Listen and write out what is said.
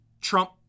Trump